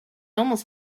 almost